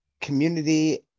Community